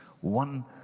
one